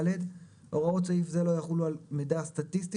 (ד) הוראות סעיף זה לא יחולו על מידע סטטיסטי